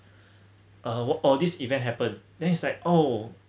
(uh huh) or this event happen then it's like oh